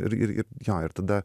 ir ir ir jo ir tada